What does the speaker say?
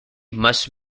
must